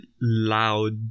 loud